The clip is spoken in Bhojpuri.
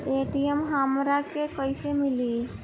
ए.टी.एम हमरा के कइसे मिली?